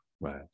right